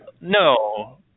no